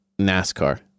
NASCAR